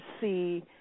see